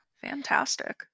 fantastic